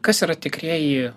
kas yra tikrieji